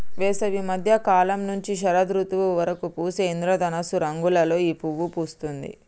వేసవి మద్య కాలం నుంచి శరదృతువు వరకు పూసే ఇంద్రధనస్సు రంగులలో ఈ పువ్వు పూస్తుంది